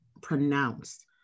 pronounced